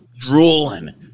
drooling